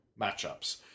matchups